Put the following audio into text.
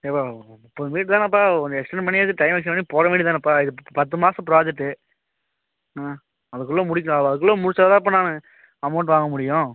ஏன்பா முப்பது மீட்டரு தானேப்பா கொஞ்சம் எக்ஸ்டர்ன் பண்ணியாச்சும் டையம் எக்ஸ்டர்ன் பண்ணி போட வேண்டியது தானேப்பா இது பத்து மாசம் புராஜெக்ட்டு அதுக்குள்ளே முடிக்கணும் அதுக்குள்ளே முடிச்சாதான்ப்பா நான் அமௌண்ட் வாங்க முடியும்